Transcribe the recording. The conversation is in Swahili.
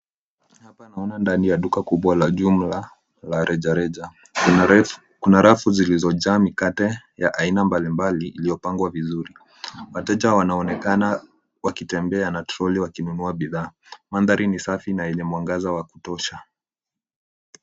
Hapa naona ndani ya duka kubwa la jumla la rejareja, kuna rafu zilizojaa mikate ya aina mbalimbali iliyopangwa vizuri. Wateja wanaonekana wakitembea na troli wakinunua bidhaa. Mandhari ni safi na yenye mwangaza wa kutosha.